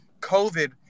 COVID